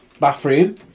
bathroom